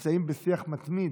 יודע שאתה לא ראוי,